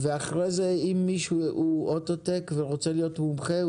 ואחר כך אם מישהו הוא אוטו-טק ורוצה להיות מומחה,